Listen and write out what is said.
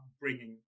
bringing